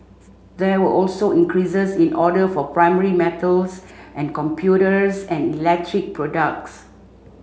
there were also increases in order for primary metals and computers and electric products